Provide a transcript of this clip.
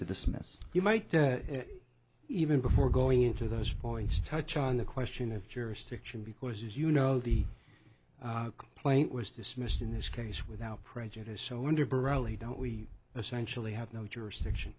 to dismiss you might even before going into those voices touch on the question of jurisdiction because you know the point was dismissed in this case without prejudice so under parolee don't we essentially have no jurisdiction